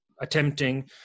attempting